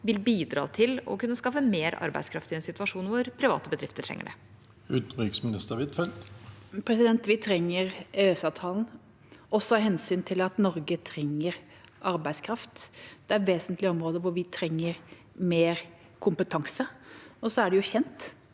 vil bidra til å kunne skaffe mer arbeidskraft i en situasjon hvor private bedrifter trenger det. Utenriksminister Anniken Huitfeldt Vi trenger EØS-avtalen, også av hensyn til at Norge trenger arbeidskraft. Det er vesentlige områder hvor vi trenger mer kompetanse. Så er det kjent